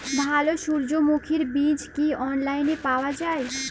ভালো সূর্যমুখির বীজ কি অনলাইনে পাওয়া যায়?